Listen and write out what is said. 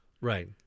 Right